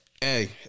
Hey